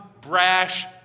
brash